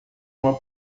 uma